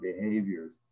behaviors